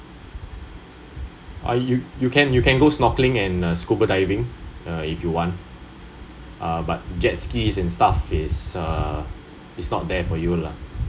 uh you can you can go snorkelling and uh scuba diving if you want uh but jet ski and stuff is uh is not there for you lah